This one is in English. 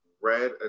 red